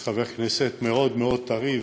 בהיותי חבר כנסת מאוד מאוד טרי,